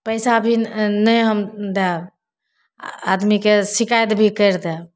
पैसा भी नहि हम दैब आदमीके शिकायत भी करि दैब